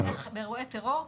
באירועי טרור.